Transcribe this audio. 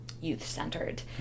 youth-centered